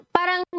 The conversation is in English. Parang